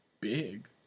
big